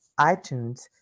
iTunes